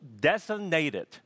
designated